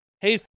Hey